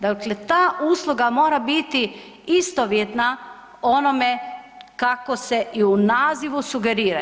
Dakle, ta usluga mora biti istovjetna onome kako se i u nazivu sugerira.